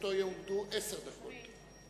לרשותו יועמדו עשר דקות.